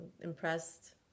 impressed